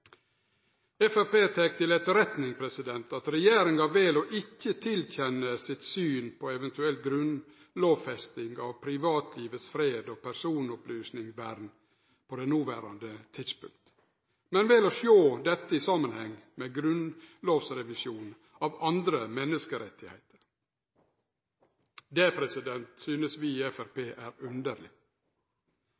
tek til etterretning at regjeringa vel ikkje å gje synet sitt på ei eventuell grunnlovfesting av privatlivets fred og personopplysningsvern til kjenne på det noverande tidspunktet, men vel å sjå dette i samanheng med grunnlovsrevisjon av andre menneskerettar. Det synest vi i